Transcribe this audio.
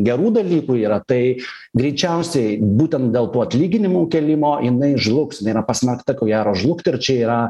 gerų dalykų yra tai greičiausiai būtent dėl tų atlyginimų kėlimo jinai žlugs jinai yra pasmerkta ko gero žlugt ir čia yra